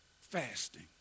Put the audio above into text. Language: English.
fasting